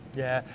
yeah,